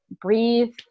breathe